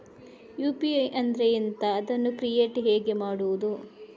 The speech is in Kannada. ಯು.ಪಿ.ಐ ಅಂದ್ರೆ ಎಂಥ? ಅದನ್ನು ಕ್ರಿಯೇಟ್ ಹೇಗೆ ಮಾಡುವುದು?